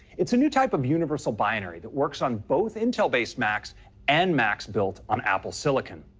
it's a new type of universal binary that works on both intel-based macs and macs built on apple silicon.